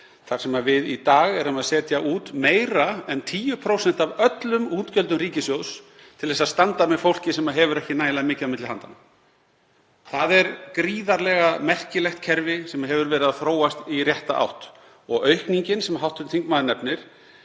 þar sem við setjum í dag út meira en 10% af öllum útgjöldum ríkissjóðs til að standa með fólki sem ekki hefur nægilega mikið á milli handanna. Það er gríðarlega merkilegt kerfi sem hefur verið að þróast í rétta átt. Aukningin sem hv. þingmaður nefnir